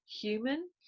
human